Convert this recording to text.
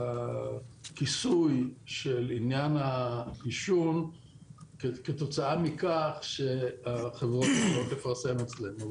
בכיסוי של ענין העישון כתוצאה מכך שהחברות יכולות לפרסם אצלנו.